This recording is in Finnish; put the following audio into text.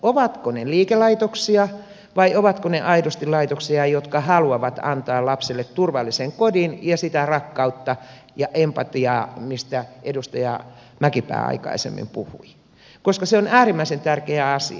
ovatko ne liikelaitoksia vai ovatko ne aidosti laitoksia jotka haluavat antaa lapselle turvallisen kodin ja sitä rakkautta ja empatiaa mistä edustaja mäkipää aikaisemmin puhui koska se on äärimmäisen tärkeä asia